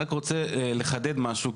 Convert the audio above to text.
אני רוצה לחדד משהו,